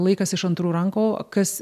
laikas iš antrų rankų kas